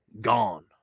gone